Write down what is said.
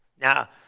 Now